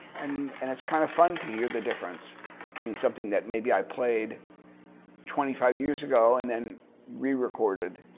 and and it's kind of fun to hear the difference between something that maybe i played twenty five years ago and then re-recorded.